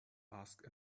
asked